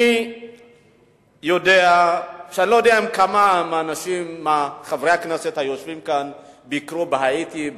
אני לא יודע כמה מחברי הכנסת היושבים כאן ביקרו בהאיטי.